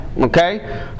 okay